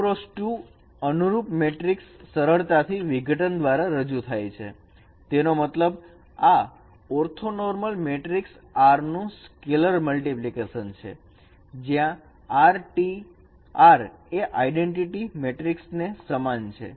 2x2 અનુરૂપ matrix સરળતાથી વિઘટન દ્વારા રજૂ થાય છે તેનો મતલબ આ ઓર્થોનોર્મલ મેટ્રિકસ R નું સ્કેલર મલ્ટીપ્લિકેશન છે જ્યાં RT R એ આઇડેન્ટીટી મેટ્રિક્સ ને સમાન છે